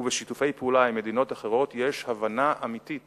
ובשיתופי פעולה עם מדינות אחרות, יש הבנה אמיתית